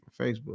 facebook